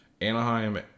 Anaheim